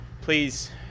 please